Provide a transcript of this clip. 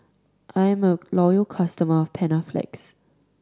I'm a loyal customer of Panaflex